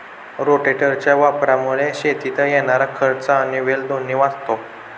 रोटेटरच्या वापरामुळे शेतीत येणारा खर्च आणि वेळ दोन्ही वाचतो